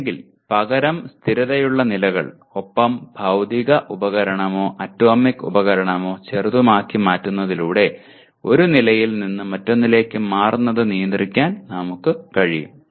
അല്ലെങ്കിൽ പകരം സ്ഥിരതയുള്ള നിലകൾ ഒപ്പം ഭൌതിക ഉപകരണമോ ആറ്റോമിക് ഉപകരണമോ ചെറുതുമാക്കി മാറ്റുന്നതിലൂടെ ഒരു നിലയിൽ നിന്ന് മറ്റൊന്നിലേക്ക് മാറുന്നത് നിയന്ത്രിക്കാൻ നമുക്ക് കഴിയും